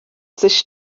sich